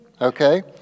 okay